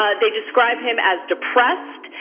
ah they described him as depressed,